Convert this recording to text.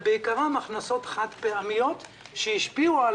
ובעיקרן הכנסות חד-פעמיות שהשפיעו על